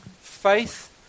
faith